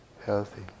healthy